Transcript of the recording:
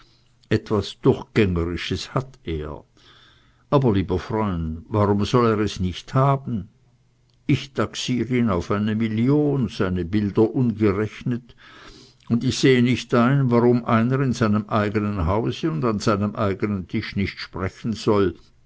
etwas durchgängerisches hat er aber lieber freund warum soll er es nicht haben ich taxier ihn auf eine million seine bilder ungerechnet und ich sehe nicht ein warum einer in seinem eigenen haus und an seinem eigenen tisch nicht sprechen soll